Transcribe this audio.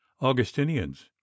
augustinians